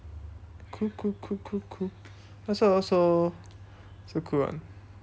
cool cool cool cool cool why so all so so cool [one]